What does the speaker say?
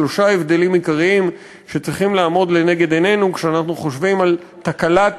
שלושה הבדלים עיקריים שצריכים לעמוד לנגד עינינו כשאנחנו חושבים על תקלת